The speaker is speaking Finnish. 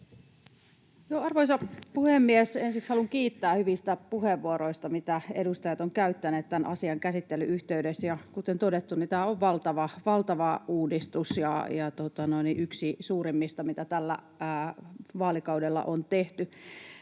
Arvoisa puhemies! Ensiksi haluan kiittää hyvistä puheenvuoroista, mitä edustajat ovat käyttäneet tämän asian käsittelyn yhteydessä. Kuten todettu, niin tämä on valtava uudistus ja yksi suuremmista, mitä tällä vaalikaudella on tehty.